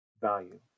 value